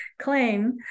claim